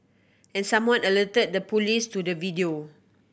and someone alerted the police to the video